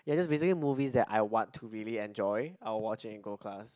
ya just basically movies that I want to really enjoy I'll watch it in gold class